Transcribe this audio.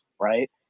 right